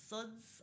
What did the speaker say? Suds